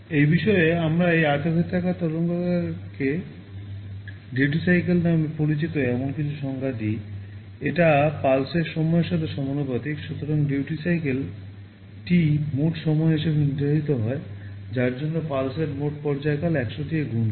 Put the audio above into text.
এই বিষয়ে আমরা এই আয়তক্ষেত্রাকার তরঙ্গকারকের T মোট সময় হিসাবে নির্ধারিত হয় যার জন্য পালস এর মোট পর্যায়কাল 100 দিয়ে গুণ হয়